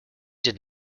did